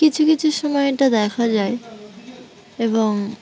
কিছু কিছু সময়টা দেখা যায় এবং